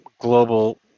global